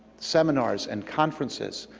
seminars and conferences,